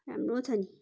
राम्रो छ नि